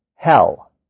Hell